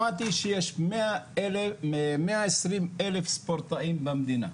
שמעתי שיש מאה עשרים אלף ספורטאים במדינה.